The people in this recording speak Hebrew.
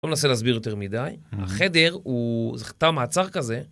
לא ננסה להסביר יותר מדי. החדר הוא... זה חדר מעצר כזה.